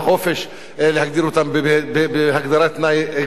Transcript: להגדיר אותם בהגדרת גנאי כזאת.